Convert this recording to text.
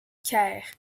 caire